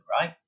right